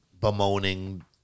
bemoaning